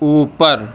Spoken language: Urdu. اوپر